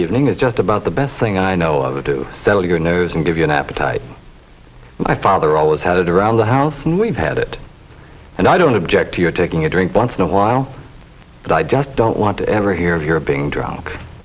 evening is just about the best thing i know of to settle your nerves and give you an appetite my father always had it around the house we've had it and i don't object to your taking a drink once in a while but i just don't want to ever hear of your being drunk